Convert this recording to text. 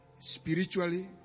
spiritually